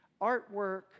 artwork